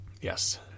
yes